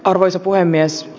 arvoisa puhemies